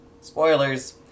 spoilers